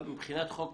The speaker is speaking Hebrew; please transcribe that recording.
לא, מבחינת חוק